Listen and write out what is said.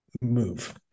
move